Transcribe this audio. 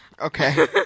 Okay